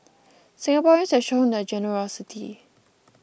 Singaporeans have shown their generosity